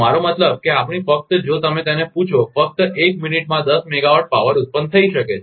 મારો મતલબ કે આપણે ફક્ત જો તમે તેને પૂછશો કે ફક્ત એક મિનિટમાં દસ મેગાવાટ પાવર ઉત્પન્ન થઈ શકે છે